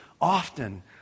often